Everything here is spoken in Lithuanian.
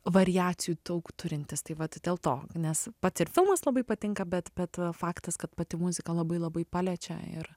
variacijų daug turintis tai vat dėl to nes pats ir filmas labai patinka bet bet faktas kad pati muzika labai labai paliečia ir